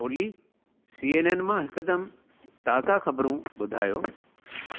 ओली CNN मां हिकदमु ताज़ा ख़बरूं ॿुधायो